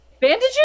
Bandages